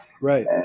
Right